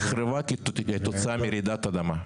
נחרבה כתוצאה מרעידת אדמה.